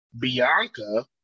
Bianca